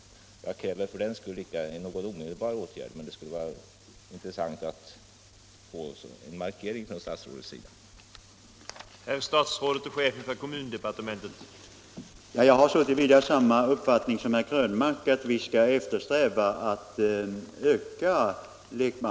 Jag kräver för den skull icke någon omedelbar åtgärd, men det skulle vara intressant att få en markering från statsrådet i detta avseende.